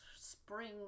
spring